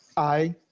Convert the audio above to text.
i